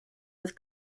with